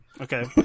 Okay